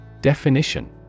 Definition